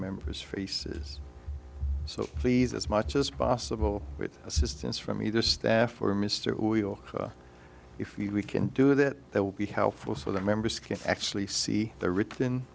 members faces so please as much as possible with assistance from either staff or mr we'll if we can do that they will be helpful so that members can actually see the written